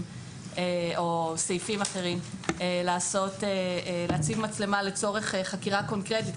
או סעיפים אחרים להציב מצלמה לצורך חקירה קונקרטית,